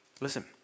listen